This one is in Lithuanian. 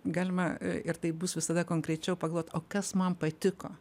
galima ir taip bus visada konkrečiau pagalvot o kas man patiko